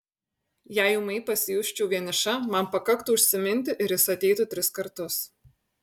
jei ūmai pasijusčiau vieniša man pakaktų užsiminti ir jis ateitų tris kartus